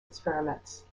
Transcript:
experiments